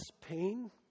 pain